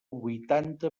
huitanta